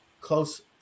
close